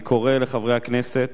אני קורא לחברי הכנסת,